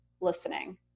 listening